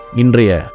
indria